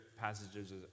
passages